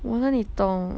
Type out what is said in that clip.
我哪里懂